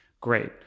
Great